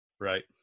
Right